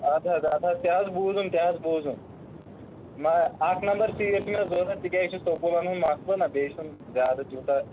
اَدٕ حظ اَدٕ حظ تہِ حظ بوٗزُم تہِ حظ بوٗزُم نہ اکھ نَمبر سیٖر چھِ مےٚ ضروٗرت تِکیٛازِ یہِ چھُ سکوٗلَن ہُنٛد مَسلہٕ نا بیٚیہِ چھُنہٕ زیادٕ توٗتاہ